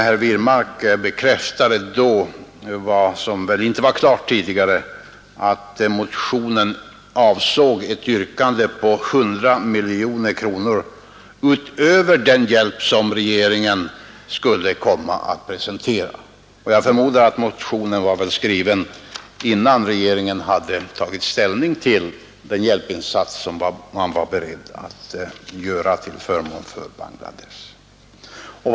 Herr Wirmark bekräftade då vad som väl inte var klart tidigare, att motionens yrkande innebar att 100 miljoner kronor skulle anslås utöver den hjälp som regeringen skulle komma att föreslå. Jag förmodar att motionen var skriven innan regeringen hade tagit ställning till vilken insats man var beredd att göra till förmån för Bangladesh.